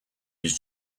his